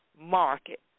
market